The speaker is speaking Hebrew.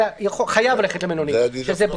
אתה חייב ללכת למלונית ברזיל,